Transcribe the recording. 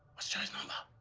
what's joe's number?